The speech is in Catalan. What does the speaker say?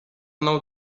nou